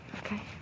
Okay